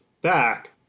back